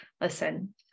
Listen